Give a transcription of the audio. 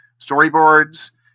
storyboards